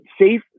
safe